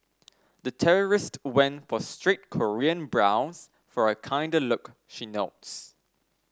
the terrorist went for straight Korean brows for a kinder look she notes